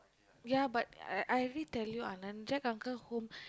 ya but I I already tell you Anand Jack uncle home